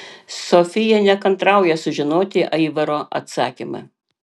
sofija nekantrauja sužinoti aivaro atsakymą